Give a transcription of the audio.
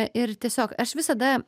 ir tiesiog aš visada